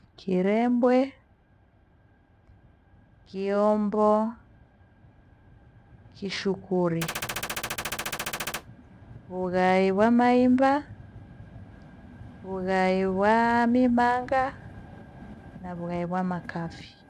Kirembwe, kiombo, kishukuri, vughai wa maimba na vughai wa mimanga na vughai wa makafi.